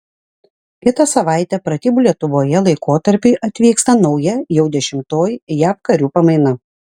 kitą savaitę pratybų lietuvoje laikotarpiui atvyksta nauja jau dešimtoji jav karių pamaina